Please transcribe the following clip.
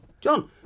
John